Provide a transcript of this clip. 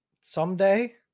Someday